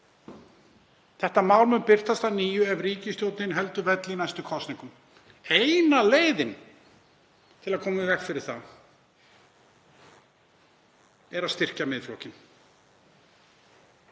Þetta mál mun birtast að nýju ef ríkisstjórnin heldur velli í næstu kosningum. Eina leiðin til að koma í veg fyrir það er að styrkja Miðflokkinn.